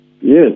Yes